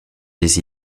les